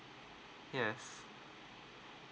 yes